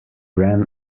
ran